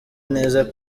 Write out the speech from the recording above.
neza